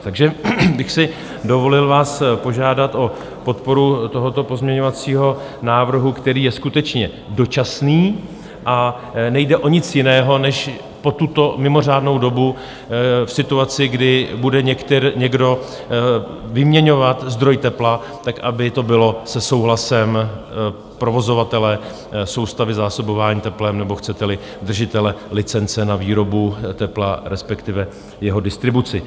Takže bych si dovolil vás požádat o podporu tohoto pozměňovacího návrhu, který je skutečně dočasný, a nejde o nic jiného než po tuto mimořádnou dobu v situaci, kdy bude někdo vyměňovat zdroj tepla, aby to bylo se souhlasem provozovatele soustavy zásobování teplem, nebo chceteli, držitele licence na výrobu tepla, respektive jeho distribuci.